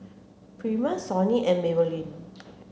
Prima Sony and Maybelline